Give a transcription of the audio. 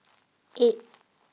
eight